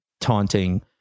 taunting